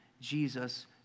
Jesus